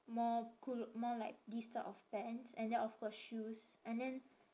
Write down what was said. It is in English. more culo~ more like this type of pants and then of course shoes and then